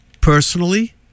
personally